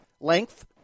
Length